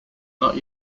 not